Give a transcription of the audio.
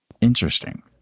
Interesting